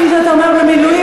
כפי שאתה אומר "במינויי",